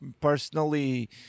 personally